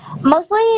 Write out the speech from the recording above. mostly